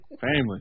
Family